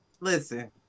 listen